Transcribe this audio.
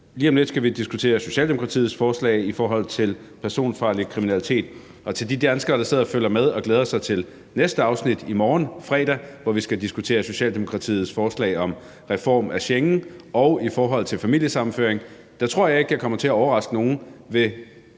lige om lidt skal vi diskutere Socialdemokratiets forslag om personfarlig kriminalitet. Og til de danskere, der sidder og følger med og glæder mig til næste afsnit i morgen, fredag, hvor vi skal diskutere Socialdemokratiets forslag om en reform af Schengensamarbejdet og om familiesammenføring, vil jeg sige, at jeg ikke tror, at jeg kommer til at overraske nogen ved